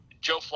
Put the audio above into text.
Joe